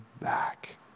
back